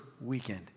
weekend